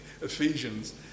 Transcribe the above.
Ephesians